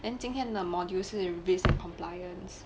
then 今天的 module 是 risk and compliance